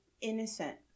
innocent